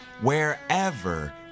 wherever